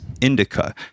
indica